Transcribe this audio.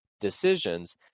decisions